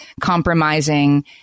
compromising